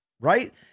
right